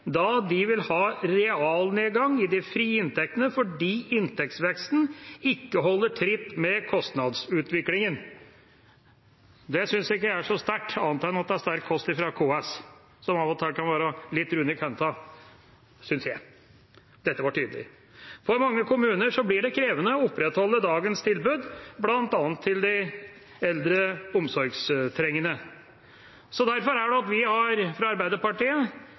da de vil ha realnedgang i de frie inntektene, fordi inntektsveksten ikke holder tritt med kostnadsutviklingen.» Det synes jeg ikke er så sterkt, annet enn at det er sterk kost fra KS – som av og til kan være litt runde i kantene, synes jeg. Dette var tydelig. For mange kommuner blir det krevende å opprettholde dagens tilbud, bl.a. til de eldre omsorgstrengende. Derfor har Arbeiderpartiet